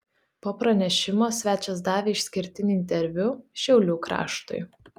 po pranešimo svečias davė išskirtinį interviu šiaulių kraštui